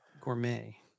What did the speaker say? gourmet